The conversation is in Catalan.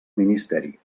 ministeri